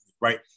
right